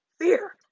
Fear